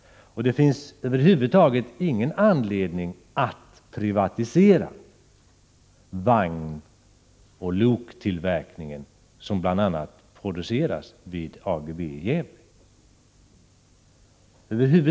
Det finns över huvud taget ingen anledning att privatisera vagnoch loktillverkning, som sker bl.a. vid AGEVE i Gävle.